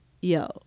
yo